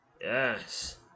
Yes